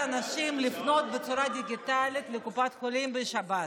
אנשים לפנות בצורה דיגיטלית לקופת חולים בשבת.